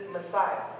Messiah